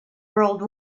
world